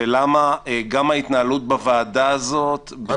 ולמה גם ההתנהלות בוועדה הזאת --- אגב,